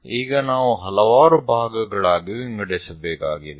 ಈಗ ನಾವು ಹಲವಾರು ಭಾಗಗಳಾಗಿ ವಿಂಗಡಿಸಬೇಕಾಗಿದೆ